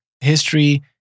History